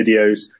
videos